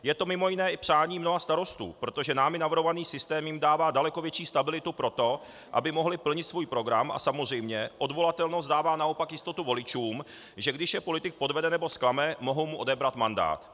Je to mimo jiné i přání mnoha starostů, protože námi navrhovaný systém jim dává daleko větší stabilitu pro to, aby mohli plnit svůj program, a samozřejmě odvolatelnost dává naopak jistotu voličům, že když je politik podvede nebo zklame, mohou mu odebrat mandát.